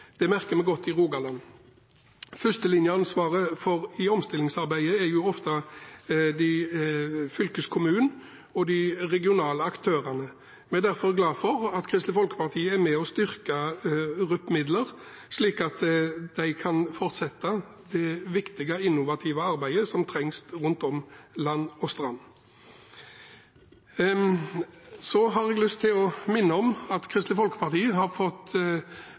Det merker vi godt i Rogaland. Førstelinjeansvaret i omstillingsarbeidet har ofte fylkeskommunene og de regionale aktørene. Vi er derfor glad for at Kristelig Folkeparti er med og styrker RUP-midlene, slik at en kan fortsette det viktige innovative arbeidet som trengs land og strand rundt. Så har jeg lyst til å minne om at Kristelig Folkeparti har fått